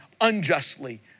unjustly